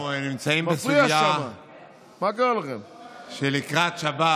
אנחנו נמצאים בסוגיה שלקראת שבת